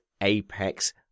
Apex